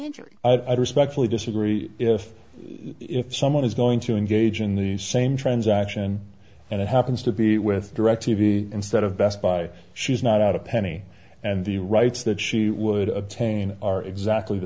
injury i'd respectfully disagree if if someone is going to engage in the same transaction and it happens to be with direct t v instead of best buy she's not a penny and the rights that she would obtain are exactly the